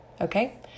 Okay